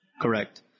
Correct